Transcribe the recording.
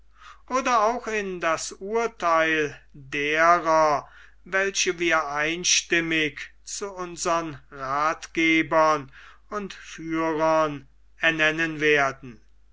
oder auch in das urtheil derer welche wir einstimmig zu unsern rathgebern und führern ernennen werden